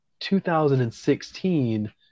2016